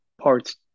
parts